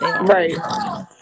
Right